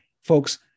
folks